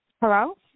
Hello